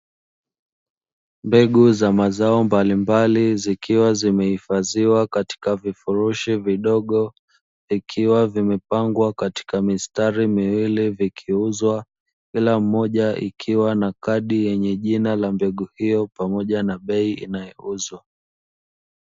Mbegu za mazao mbalimbali zikiwa zimehifadhiwa katika vifurushi vidogo ikiwa vimepangwa katika mistari miwili vikiuzwa, kila mmoja ikiwa na kadi yenye jina la mbegu hiyo pamoja na bei inayouzwa.